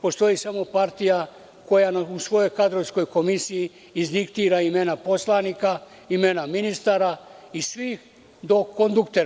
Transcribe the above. Postoji samo partija koja na svojoj kadrovskoj komisiji izdiktira imena poslanika, imena ministara i svih, ako treba i do konduktera.